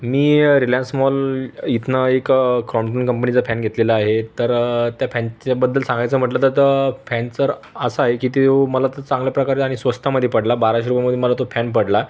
मी Reliance mall इथनं एक Crompton कंपनीचा फॅन घेतलेला आहे तर त्या फॅनच्याबद्दल सांगायचं म्हटलं तर त फॅन जर असा आहे की तो मला त चांगल्या प्रकारे आणि स्वस्तामध्ये पडला बाराशे रुपयांमध्ये मला तो फॅन पडला